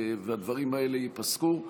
והדברים האלה ייפסקו.